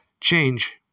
change